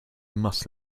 must